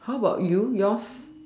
how about you yours